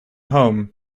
home